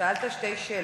שאלת שתי שאלות.